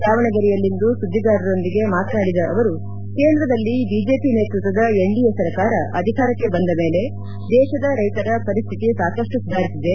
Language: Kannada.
ದಾವಣಗೆರೆಯಲ್ಲಿಂದು ಸುದ್ದಿಗಾರರೊಂದಿಗೆ ಮಾತನಾಡಿದ ಅವರು ಕೇಂದ್ರದಲ್ಲಿ ಬಿಜೆಪಿ ನೇತೃತ್ವದ ಎನ್ಡಿಎ ಸರ್ಕಾರ ಅಧಿಕಾರಕ್ಷೆ ಬಂದ ಮೇಲೆ ದೇಶದ ರೈತರ ಪರಿಸ್ವಿತಿ ಸಾಕಷ್ಟು ಸುಧಾರಿಸಿದೆ